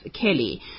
Kelly